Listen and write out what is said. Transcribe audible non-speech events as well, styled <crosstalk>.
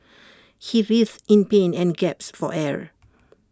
<noise> he writhed in pain and gasped for air